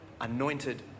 anointed